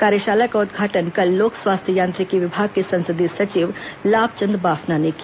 कार्यशाला का उद्घाटन कल लोक स्वास्थ्य यांत्रिकी विभाग के संसदीय सचिव लाभचंद बाफना ने किया